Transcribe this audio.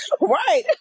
Right